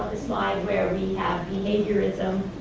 slide where we have behaviorism,